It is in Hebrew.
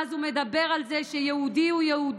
ואז הוא מדבר על זה שיהודי הוא יהודי